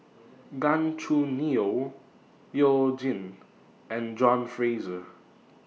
Gan Choo Neo YOU Jin and John Fraser